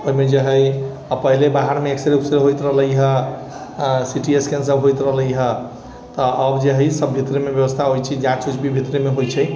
ओहिमे जे हइ पहले बाहरमे एक्स रे वैक्स रे होइत रहलै है सीटी स्कैन सभ होइत रहलै है अब जे हइ सभ व्यवस्था भीतरेमे होइ छै जाँच ऊँच भी भीतरेमे होइ छै